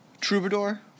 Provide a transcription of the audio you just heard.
Troubadour